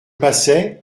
passais